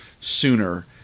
sooner